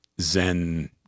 Zen